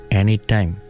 anytime